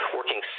working